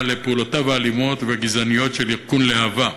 פעולותיו האלימות והגזעניות של ארגון להב"ה,